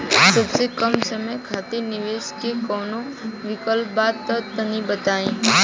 सबसे कम समय खातिर निवेश के कौनो विकल्प बा त तनि बताई?